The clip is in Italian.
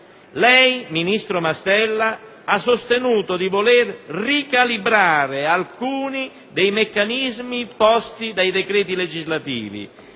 Lei, ministro Mastella, ha sostenuto di volere «ricalibrare alcuni dei meccanismi posti dai decreti legislativi»